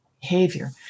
behavior